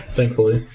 Thankfully